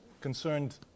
concerned